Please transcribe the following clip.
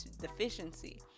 deficiency